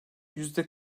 yüzde